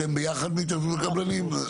אתם ביחד מהתאחדות הקבלנים.